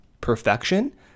perfection